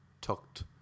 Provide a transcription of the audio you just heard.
Tucked